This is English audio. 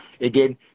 again